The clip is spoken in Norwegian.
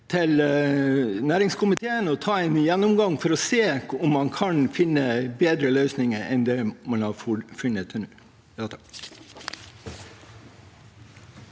til næringskomiteen og ta en gjennomgang for å se om man kan finne bedre løsninger enn det man har funnet til